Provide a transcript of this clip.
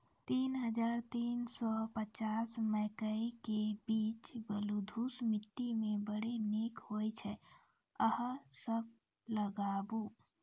तीन हज़ार तीन सौ पचपन मकई के बीज बलधुस मिट्टी मे बड़ी निक होई छै अहाँ सब लगाबु?